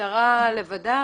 שהמשטרה לבדה,